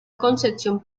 concepción